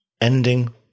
Ending